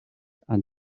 and